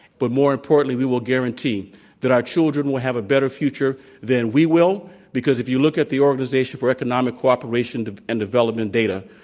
but more importantly, we will guarantee that our children will have a better future than we will because, if you look at the organization for economic cooperation and development data,